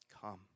come